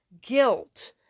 guilt